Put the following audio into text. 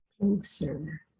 closer